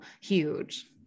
huge